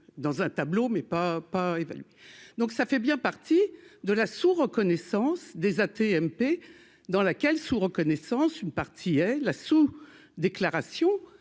dans un tableau, mais pas pas évaluer donc ça fait bien partie de la soul Reconnaissance des AT-MP dans laquelle sous-reconnaissance une partie et la sous-déclaration